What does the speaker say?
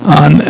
on